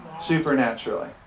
Supernaturally